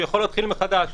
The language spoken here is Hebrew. הוא יכול להתחיל מחדש.